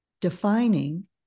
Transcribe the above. defining